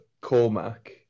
Cormac